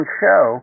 show